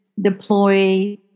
deploy